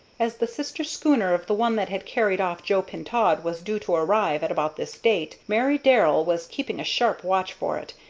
as the sister schooner of the one that had carried off joe pintaud was due to arrive at about this date, mary darrell was keeping a sharp watch for it,